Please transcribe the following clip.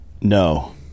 No